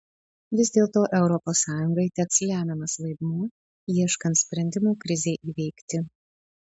vis dėlto europos sąjungai teks lemiamas vaidmuo ieškant sprendimų krizei įveikti